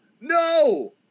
No